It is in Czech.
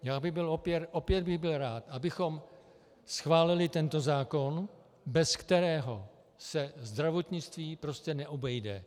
Já bych byl opět rád, abychom schválili tento zákon, bez kterého se zdravotnictví prostě neobejde.